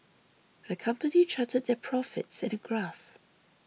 the company charted their profits in a graph